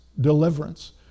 deliverance